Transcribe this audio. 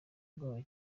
ubwoba